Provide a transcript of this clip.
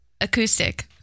Acoustic